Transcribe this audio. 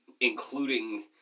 including